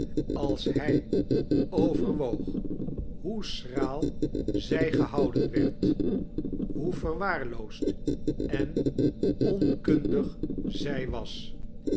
als hij overwoog hoe schraal zij gehouden werd hoe verwaarloosd en onkundig zij was